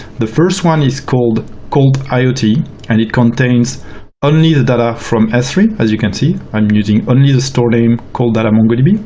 the first one is called cold iot and it contains only the data from s three, as you can see. i'm using ah only the store name called data mongodb,